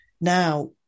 now